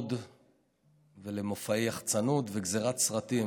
וכבוד ולמופעי יחצנות וגזירת סרטים.